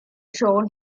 shown